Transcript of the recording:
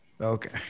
Okay